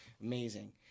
amazing